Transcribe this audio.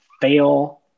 fail